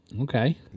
Okay